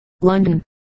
London